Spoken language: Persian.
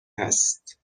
هست